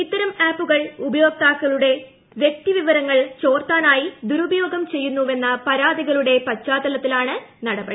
ഇത്തരം ആപ്പുകൾ ഉപയോക്താക്കളുടെ വൃക്തിവിവരങ്ങൾ ചോർത്താനായി ദുരുപയോഗം ചെയ്യുന്നുവെന്ന പരാതികളുടെ പശ്ചാത്തലത്തിലാണ് നടപടി